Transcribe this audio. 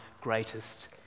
greatest